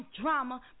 Drama